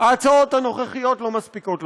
ההצעות הנוכחיות לא מספיקות לכם.